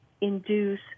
induce